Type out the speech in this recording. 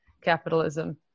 capitalism